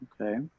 okay